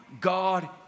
God